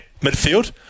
midfield